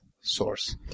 source